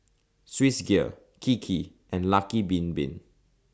Swissgear Kiki and Lucky Bin Bin